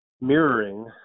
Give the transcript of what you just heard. mirroring